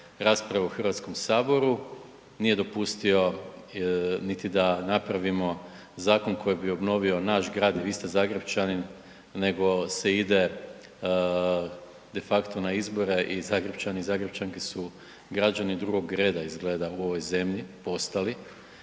rasprave u HS, nije dopustio niti da napravimo zakon koji bi obnovio naš grad i vi ste Zagrepčanin, nego se ide de facto na izbore i Zagrepčani i Zagrepčanke su građani drugog reda izgleda u ovoj zemlji postali,